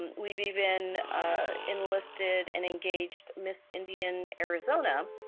we've even enlisted an engaged miss indian arizona.